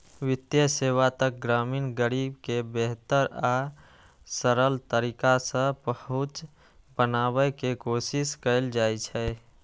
वित्तीय सेवा तक ग्रामीण गरीब के बेहतर आ सरल तरीका सं पहुंच बनाबै के कोशिश कैल जाइ छै